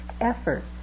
effort